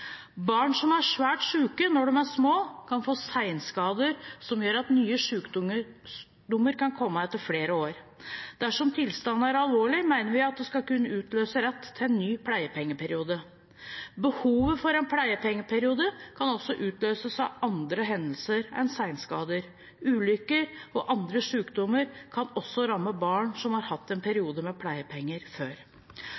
Barn som er svært syke når de er små, kan få senskader som gjør at nye sykdommer kan komme etter flere år. Dersom tilstanden er alvorlig, mener vi at det skal kunne utløse rett til en ny pleiepengeperiode. Behovet for en pleiepengeperiode kan utløses av andre hendelser enn senskader. Ulykker og andre sykdommer kan også ramme barn som har hatt en